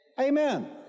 Amen